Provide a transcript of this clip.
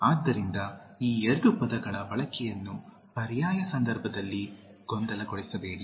ಆದ್ದರಿಂದ ಈ ಎರಡು ಪದಗಳ ಬಳಕೆಯನ್ನು ಪರ್ಯಾಯ ಸಂದರ್ಭದಲ್ಲಿ ಗೊಂದಲಗೊಳಿಸಬೇಡಿ